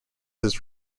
its